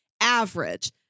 average